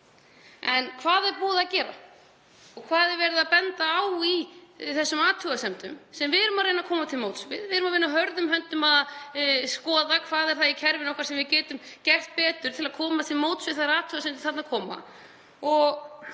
En hvað er búið að gera og hvað er verið að benda á í þessum athugasemdum sem við erum að reyna að koma til móts við? Við vinnum hörðum höndum að því að skoða hvað það er í kerfinu okkar sem við getum gert betur til að koma til móts við þær athugasemdir sem þarna koma